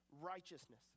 righteousness